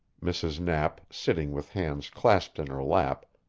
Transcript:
mrs. knapp, sitting with hands clasped in her lap,